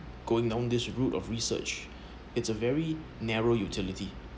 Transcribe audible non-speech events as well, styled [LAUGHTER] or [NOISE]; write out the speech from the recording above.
going down this route of research [BREATH] it's a very narrow utility